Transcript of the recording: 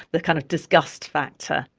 the kind of disgust factor.